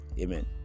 amen